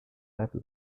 level